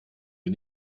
wir